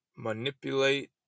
Manipulate